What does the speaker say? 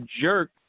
jerk